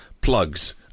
plugs